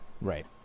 Right